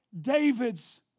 David's